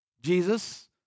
Jesus